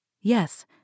Yes